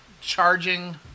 charging